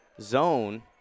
zone